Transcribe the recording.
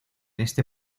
este